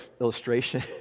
illustration